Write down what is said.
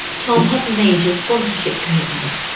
tom has major sponsorship commitments,